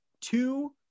two